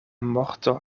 morto